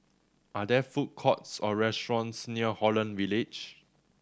are there food courts or restaurants near Holland Village